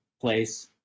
place